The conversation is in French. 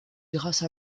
grâce